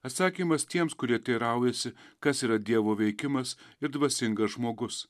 atsakymas tiems kurie teiraujasi kas yra dievo veikimas ir dvasingas žmogus